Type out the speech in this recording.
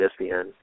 ESPN